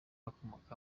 akomoka